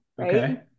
Okay